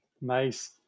Nice